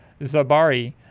Zabari